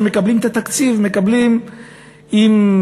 כאשר מקבלים את התקציב,